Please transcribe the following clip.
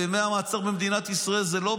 ימי המעצר במדינת ישראל זה על